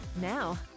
Now